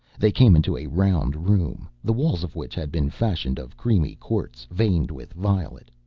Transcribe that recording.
they came into a round room, the walls of which had been fashioned of creamy quartz veined with violet.